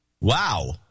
Wow